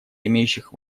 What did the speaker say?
имеющих